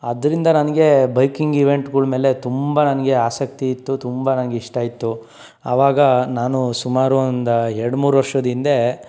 ಅದರಿಂದ ನನಗೆ ಬೈಕಿಂಗ್ ಇವೆಂಟ್ಗಳು ಮೇಲೆ ತುಂಬ ನನಗೆ ಆಸಕ್ತಿ ಇತ್ತು ತುಂಬ ನನಗೆ ಇಷ್ಟ ಇತ್ತು ಅವಾಗ ನಾನು ಸುಮಾರು ಒಂದು ಎರಡು ಮೂರು ವರ್ಷದ ಹಿಂದೆ